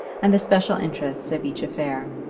and the special interests of each affair.